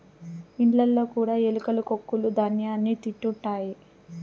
ఇండ్లలో కూడా ఎలుకలు కొక్కులూ ధ్యాన్యాన్ని తింటుంటాయి